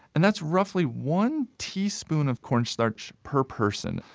and that's roughly one teaspoon of cornstarch per person.